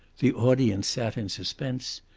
the audience sat in suspense,